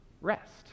rest